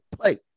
play